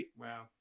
Wow